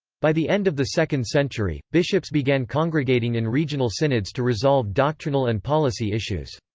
by the end of the second century, bishops began congregating in regional synods to resolve doctrinal and policy issues.